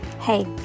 Hey